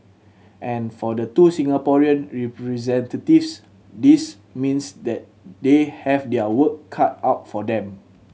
and for the two Singaporean representatives this means that they have their work cut out for them